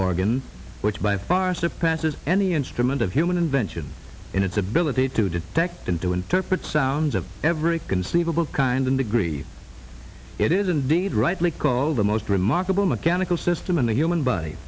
organ which by far surpasses any instrument of human invention in its ability to detect and to interpret sounds of every conceivable kind and degree it is indeed rightly called the most remarkable mechanical system in the human body